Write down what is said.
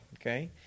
okay